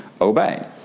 obey